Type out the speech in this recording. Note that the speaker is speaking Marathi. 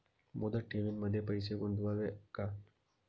मुदत ठेवींमध्ये पैसे गुंतवावे का?